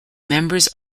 members